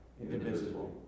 indivisible